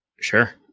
Sure